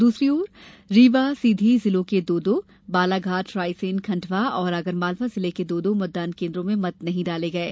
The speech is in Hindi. दूसरी और रीवा सीधी जिलों के दो दो बालाघाट रायसेन खंडवा और आगरमालवा जिले के दो दो मतदान केन्द्रों में मत नहीं डाले गये